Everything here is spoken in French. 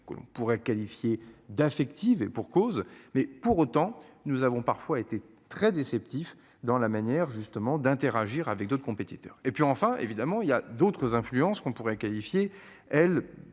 qu'on pourrait qualifier d'affective et pour cause. Mais pour autant nous avons parfois été très déceptif dans la manière justement d'interagir avec d'autres compétiteurs et puis enfin, évidemment il y a d'autres influences qu'on pourrait qualifier elle